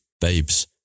Babes